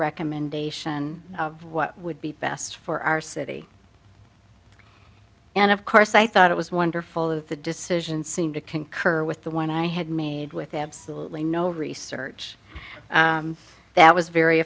recommendation of what would be best for our city and of course i thought it was wonderful that the decision seemed to concur with the one i had made with absolutely no research that was very